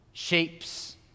shapes